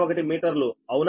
01మీటర్లు అవునా